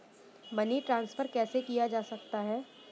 Money transfer कैसे किया जा सकता है?